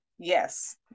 Yes